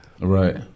Right